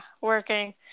working